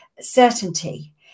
certainty